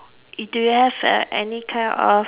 it do you have err any kind of